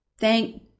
Thank